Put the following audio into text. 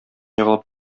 егылып